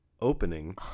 opening